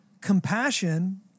compassion